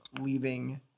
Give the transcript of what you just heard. leaving –